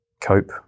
cope